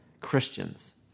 Christians